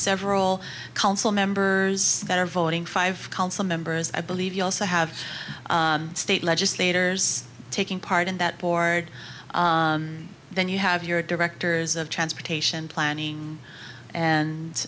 several council members that are voting five council members i believe you also have state legislators taking part in that board then you have your directors of transportation planning